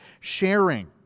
sharing